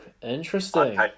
interesting